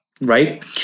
Right